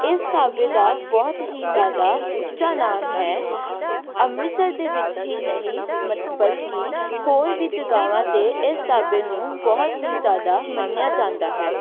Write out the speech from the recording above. ਇਸ ਢਾਬੇ ਦਾ ਬਹੁਤ ਹੀ ਜ਼ਿਆਦਾ ਉੱਚਾ ਨਾਮ ਹੈ ਅੰਮ੍ਰਿਤਸਰ ਦੇ ਵਿੱਚ ਹੀ ਨਹੀਂ ਮਤ ਬਲਕਿ ਹੋਰ ਵੀ ਜਗ੍ਹਾਵਾਂ 'ਤੇ ਇਸ ਢਾਬੇ ਨੂੰ ਬਹੁਤ ਹੀ ਜ਼ਿਆਦਾ ਮੰਨਿਆ ਜਾਂਦਾ ਹੈ